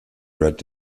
brett